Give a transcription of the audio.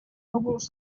núvols